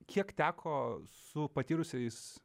kiek teko su patyrusiais